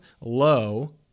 low